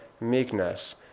meekness